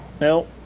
no